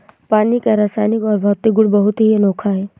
पानी का रासायनिक और भौतिक गुण बहुत ही अनोखा है